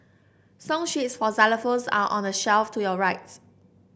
song sheets for xylophones are on the shelf to your rights